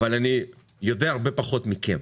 אבל אני יודע הרבה פחות מכם.